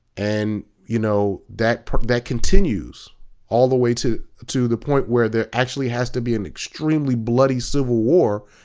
and you know that that continues all the way to to the point where there actually has to be an extremely bloody civil war.